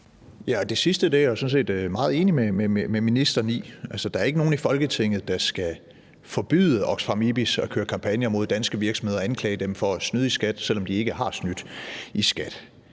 set meget enig med ministeren i. Altså, der er ikke nogen i Folketinget, der skal forbyde Oxfam IBIS at køre kampagner mod danske virksomheder og anklage dem for at snyde i skat, selv om de ikke har snydt i skat.